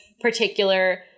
particular